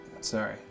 Sorry